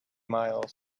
miles